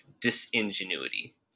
disingenuity